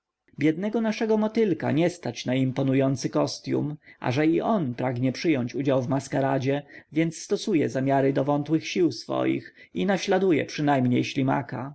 biednego naszego motylka nie stać na imponujący kostium a że i on pragnie przyjąć udział w maskaradzie więc stosuje zamiary do wątłych sił swoich i naśladuje przynajmniej ślimaka